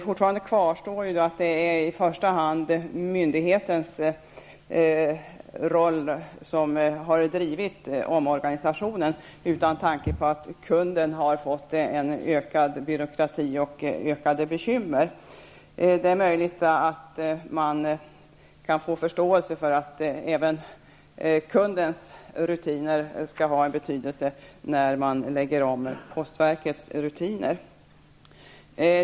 Fortfarande kvarstår emellertid att det i första hand är myndigheten som har drivit fram omorganisationen, utan tanke på att kunden ställs inför en ökad byråkrati och ökade bekymmer. Det är möjligt att man kan få förståelse för att även kundens rutiner skall ha en betydelse när postverket lägger om sina rutiner.